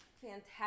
fantastic